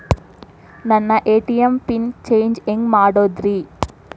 ನನ್ನ ATM pin change ಹೆಂಗ್ ಮಾಡೋದ್ರಿ?